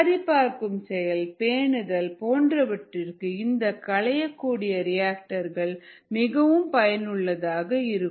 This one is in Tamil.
சரி பார்க்கும் செயல் பேணுதல் போன்றவற்றிற்கு இந்தக் களையக் கூடிய ரியாக்டர் மிகவும் பயனுள்ளதாக இருக்கும்